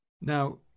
Now